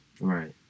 Right